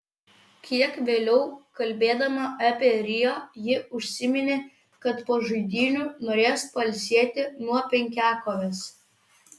kiek vėliau kalbėdama apie rio ji užsiminė kad po žaidynių norės pailsėti nuo penkiakovės